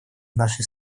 нашей